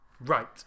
Right